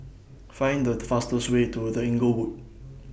Find The fastest Way to The Inglewood